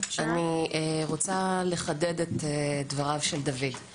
אני רוצה לחדד את דברי דוד.